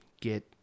get